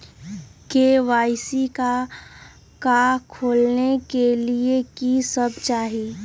KYC का का खोलने के लिए कि सब चाहिए?